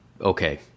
okay